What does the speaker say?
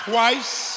Twice